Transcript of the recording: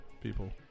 people